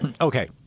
Okay